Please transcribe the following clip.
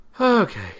Okay